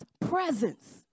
presence